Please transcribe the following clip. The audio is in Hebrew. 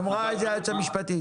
אמרה את זה היועצת המשפטית.